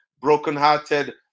brokenhearted